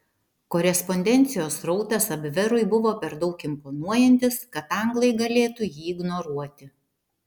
korespondencijos srautas abverui buvo per daug imponuojantis kad anglai galėtų jį ignoruoti